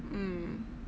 mm